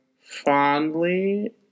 fondly